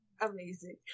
Amazing